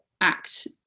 act